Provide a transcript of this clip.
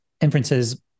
inferences